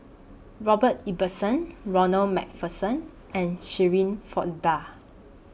Robert Ibbetson Ronald MacPherson and Shirin Fozdar